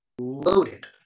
loaded